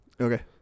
Okay